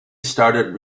started